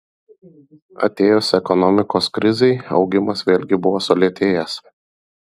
atėjus ekonomikos krizei augimas vėlgi buvo sulėtėjęs